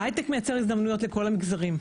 ההיי-טק מייצר הזדמנויות לכל המגזרים,